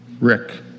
Rick